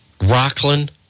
Rockland